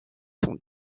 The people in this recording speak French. sont